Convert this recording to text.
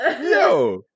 Yo